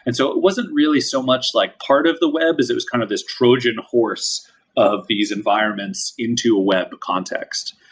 and so it wasn't really so much like part of the web, as it kind of this trojan horse of these environments into a web context.